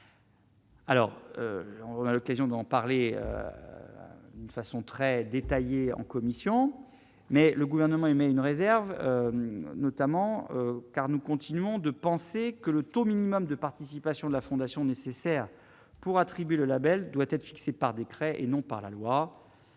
Alors on a l'occasion d'en parler d'une façon très détaillée en commission mais le gouvernement émet une réserve notamment car nous continuons de penser que le taux minimum de participation de la Fondation nécessaires pour attribuer le Label doit être fixé par décret et non par la loi,